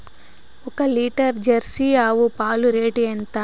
ఒక litre Jersey ఆవు పాలు రేటు ఎంత?